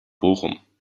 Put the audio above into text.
bochum